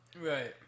right